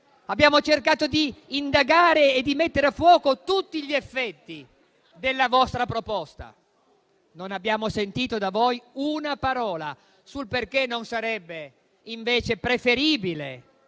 Abbiamo cercato di indagare e di mettere a fuoco tutti gli effetti della vostra proposta, ma non abbiamo sentito da voi una parola sul perché non sarebbe, invece, preferibile